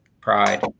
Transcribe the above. pride